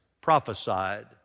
prophesied